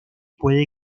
puede